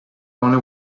only